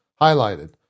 highlighted